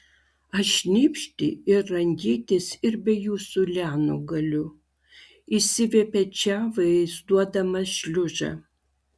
aš šnypšti ir rangytis ir be jūsų lianų galiu išsiviepė če vaizduodamas šliužą